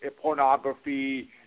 pornography